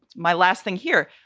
my last thing here,